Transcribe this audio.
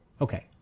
Okay